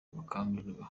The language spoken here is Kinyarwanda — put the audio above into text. gukangurirwa